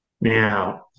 Now